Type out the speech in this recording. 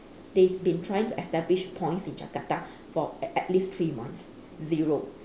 they've been trying to establish points in jakarta for at at least three months zero